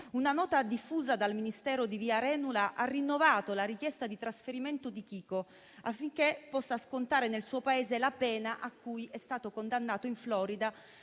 Una nota diffusa dal Ministero di via Arenula ha rinnovato la sua richiesta di trasferimento, affinché possa scontare nel suo Paese la pena cui è stato condannato in Florida,